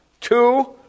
two